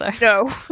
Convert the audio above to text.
No